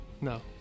No